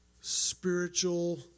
spiritual